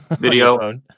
video